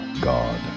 God